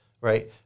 right